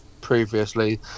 previously